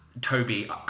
Toby